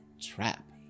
trap